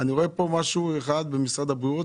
רואה מה הסעיף במשרד הבריאות.